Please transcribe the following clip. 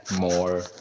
more